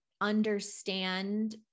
understand